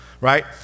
right